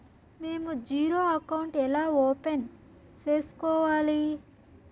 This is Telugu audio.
మేము జీరో అకౌంట్ ఎలా ఓపెన్ సేసుకోవాలి